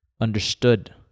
understood